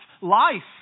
life